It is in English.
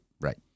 right